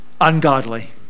Ungodly